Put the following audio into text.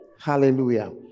Hallelujah